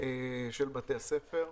של בתי הספר,